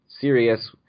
serious